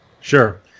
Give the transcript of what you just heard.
Sure